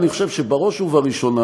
אני חושב שבראש ובראשונה,